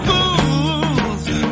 Fools